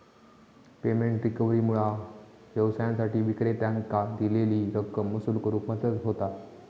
payment रिकव्हरीमुळा व्यवसायांसाठी विक्रेत्यांकां दिलेली रक्कम वसूल करुक मदत होता